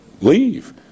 Leave